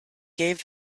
gave